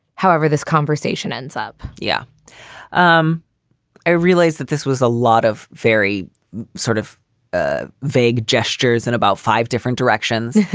however this conversation ends up. yeah um i realized that this was a lot of very sort of ah vague gestures and about five different directions.